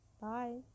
bye